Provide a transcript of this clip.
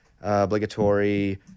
obligatory